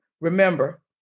remember